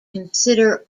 consider